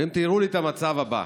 והם תיארו לי את המצב הבא: